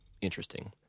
interesting